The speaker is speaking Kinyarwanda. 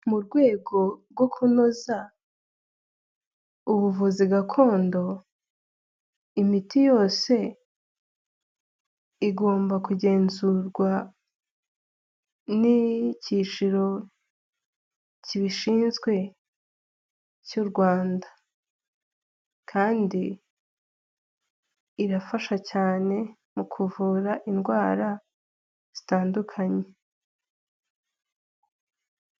Mu rwego rwo kunoza ubuvuzi gakondo, imiti yose igomba kugenzurwa n'icyiciro kibishinzwe cy'u Rwanda kandi irafasha cyane mu kuvura indwara zitandukanye.